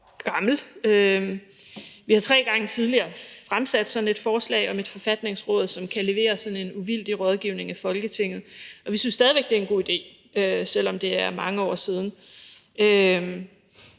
gammel. Vi har tre gange tidligere fremsat sådan et forslag om et forfatningsråd, som kan levere en uvildig rådgivning af Folketinget, og vi synes stadig væk, det er en god idé, selv om det er mange år siden.